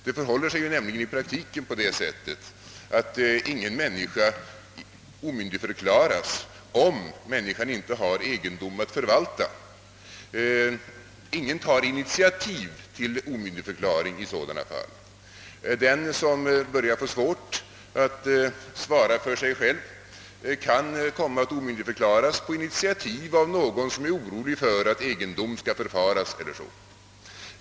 Det förhåller sig nämligen i praktiken på det sättet, att ingen människa omyndigförklaras om hon inte har egendom att förvalta. Ingen tar initiativ till en omyndigförklaring i sådana fall. Den som börjar få svårt att svara för sig själv kan komma att omyndigförklaras på initiativ av någon som är orolig för att egendom skall förfaras.